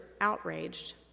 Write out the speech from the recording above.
outraged